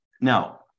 now